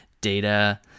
data